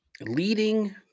leading